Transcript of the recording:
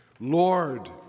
Lord